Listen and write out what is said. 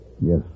Yes